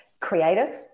creative